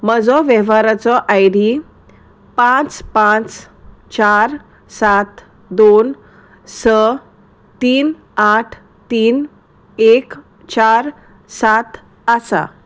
म्हजो वेव्हाराचो I D पांच पांच चार सात दोन स तीन आठ तीन एक चार सात आसा